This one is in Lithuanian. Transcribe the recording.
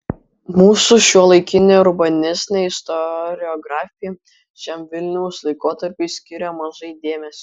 mūsų šiuolaikinė urbanistinė istoriografija šiam vilniaus laikotarpiui skiria mažai dėmesio